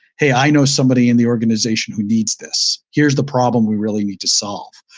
hey, i know somebody in the organization who needs this. here's the problem we really need to solve,